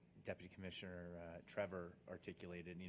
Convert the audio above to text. deputy commissioner trevor articulated. and you know